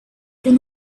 from